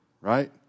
right